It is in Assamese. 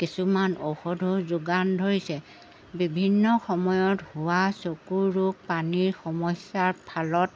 কিছুমান ঔষধো যোগান ধৰিছে বিভিন্ন সময়ত হোৱা চকুৰ ৰোগ পানীৰ সমস্যাৰ ফলত